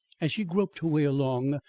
as she groped her way along,